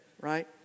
right